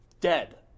dead